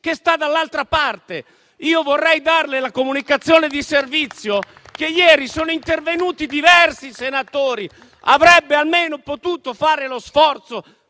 che sta dall'altra parte. Io vorrei darle una comunicazione di servizio: ieri sono intervenuti diversi senatori. Avrebbe almeno potuto fare lo sforzo